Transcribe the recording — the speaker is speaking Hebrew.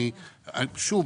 שוב,